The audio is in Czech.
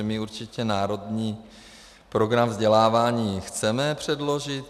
My určitě Národní program vzdělávání chceme předložit.